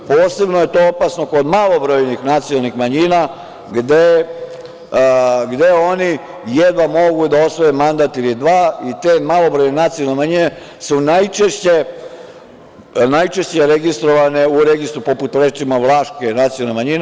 Posebno je to opasno kod malobrojnih nacionalnih manjina, gde oni jedva mogu da osvoje mandat ili dva i te malobrojne nacionalne manjine su najčešće registrovane u registru poput, recimo, vlaške nacionalne manjine.